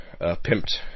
pimped